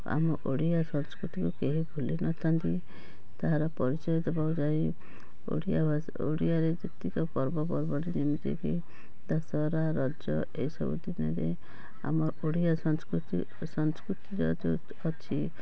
ଆମ ଓଡ଼ିଆ ସଂସ୍କୃତିକୁ କେହି ଭୁଲିନଥାନ୍ତି ତାହାର ପରିଚୟ ଦେବାକୁ ଯାଇ ଓଡ଼ିଆଭାଷା ଓଡ଼ିଆରେ ଯେତିକି ପର୍ବପର୍ବାଣି ଯେମିତି କି ଦଶହରା ରଜ ଏସବୁ ଦିନରେ ଆମ ଓଡ଼ିଆ ସଂସ୍କୃତି ଓ ସଂସ୍କୃତିର ଯେଉଁ ଅଛି